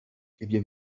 ibyo